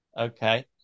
Okay